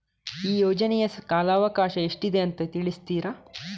ಈ ಯೋಜನೆಯ ಕಾಲವಕಾಶ ಎಷ್ಟಿದೆ ಅಂತ ತಿಳಿಸ್ತೀರಾ?